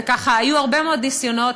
וכך היו הרבה מאוד ניסיונות.